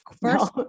first